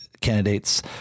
candidates